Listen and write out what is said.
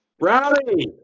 Rowdy